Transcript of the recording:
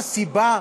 מה הסיבה